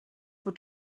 were